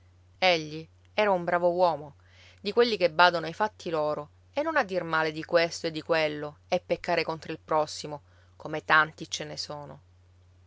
egli era un bravo uomo di quelli che badano ai fatti loro e non a dir male di questo e di quello e peccare contro il prossimo come tanti ce ne sono